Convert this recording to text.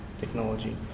technology